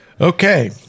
okay